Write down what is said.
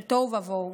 של תוהו ובוהו